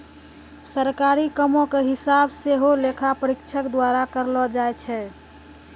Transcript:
सरकारी कामो के हिसाब सेहो लेखा परीक्षक द्वारा करलो जाय छै